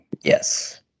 Yes